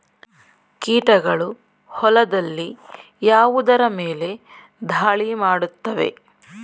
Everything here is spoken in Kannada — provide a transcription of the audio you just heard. ಕೀಟಗಳು ಹೊಲದಲ್ಲಿ ಯಾವುದರ ಮೇಲೆ ಧಾಳಿ ಮಾಡುತ್ತವೆ?